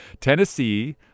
Tennessee